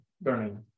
burning